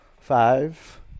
Five